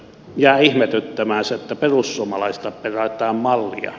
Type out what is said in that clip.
jää ihmetyttämään se että perussuomalaisilta perätään mallia